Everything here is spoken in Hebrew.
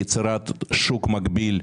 יצירת שוק מקביל,